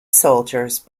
soldiers